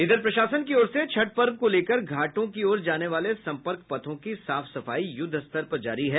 इधर प्रशासन की ओर से छठ पर्व को लेकर घाटों की ओर जाने वाले संपर्क पथों की साफ सफाई युद्धस्तर पर जारी है